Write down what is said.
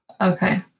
Okay